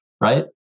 right